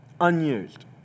unused